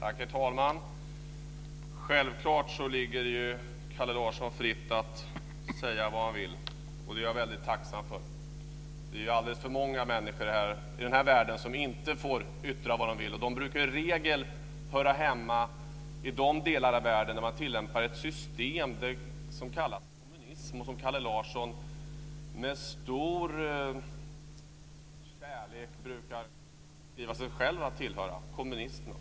Herr talman! Självklart står det Kalle Larsson fritt att säga vad han vill, och det är jag väldigt tacksam för. Det är alldeles för många människor i den här världen som inte får yttra vad de vill, och de brukar i regel höra hemma i de delar av världen där man tilllämpar ett system som kallas kommunism. Kalle Larsson brukar med stor kärlek säga att han själv tillhör kommunisterna.